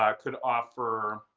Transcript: ah could offer